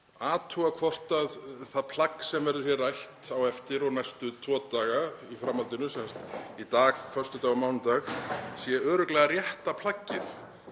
athuga hvort það plagg sem verður rætt á eftir og næstu tvo daga í framhaldinu, sem sagt í dag, föstudag og mánudag, sé örugglega rétta plaggið,